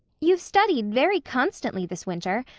you've studied very constantly this winter.